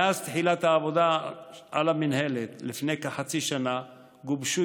מאז תחילת העבודה על המינהלת לפני כחצי שנה גובשו